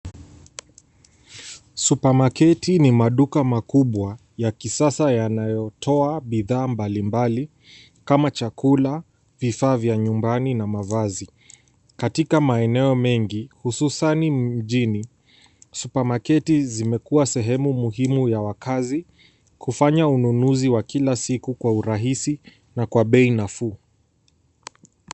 Supamaketi ni maduka makubwa ya kisasa yanayotoa bidhaa mbalimbali kama chakula, vifaa vya nyumbani na mavazi. Katika maeneo mengi, hususani mjini, supamaketi zimekuwa sehemu muhimu ya wakazi kufanya ununuzi wa kila siku kwa urahisi na kwa bei nafuu.